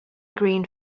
green